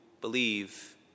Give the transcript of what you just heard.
believe